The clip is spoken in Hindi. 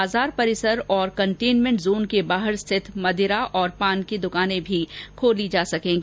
बाजार परिसर और कंटेन्मेंट जोन के बाहर स्थित मदिरा और पान की दुकानें भी खोली जा सकेंगी